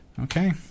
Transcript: Okay